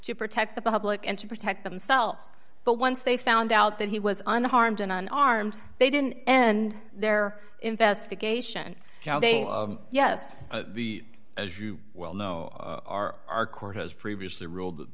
to protect the public and to protect themselves but once they found out that he was unharmed in an armed they didn't and their investigation yes the as you well know our our court has previously ruled that